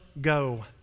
go